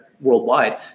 worldwide